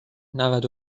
نود